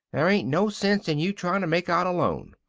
there ain't no sense in you trying to make out alone.